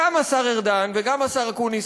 גם השר ארדן וגם השר אקוניס,